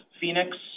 Phoenix